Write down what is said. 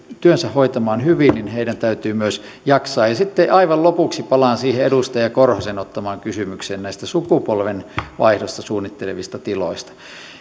työnsä hoitamaan hyvin niin heidän täytyy myös jaksaa sitten aivan lopuksi palaan edustaja korhosen ottamaan kysymykseen sukupolvenvaihdosta suunnittelevista tiloista